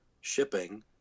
shipping